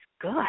good